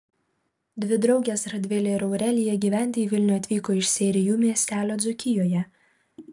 dvi draugės radvilė ir aurelija gyventi į vilnių atvyko iš seirijų miestelio dzūkijoje